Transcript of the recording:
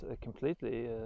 completely